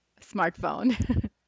smartphone